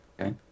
Okay